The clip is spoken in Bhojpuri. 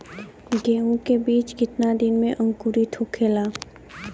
गेहूँ के बिज कितना दिन में अंकुरित होखेला?